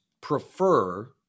prefer